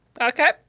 Okay